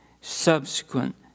subsequent